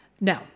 no